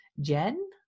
Jen